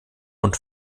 und